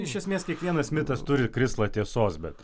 iš esmės kiekvienas mitas turi krislą tiesos bet